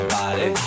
body